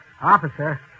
Officer